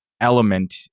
element